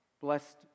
blessed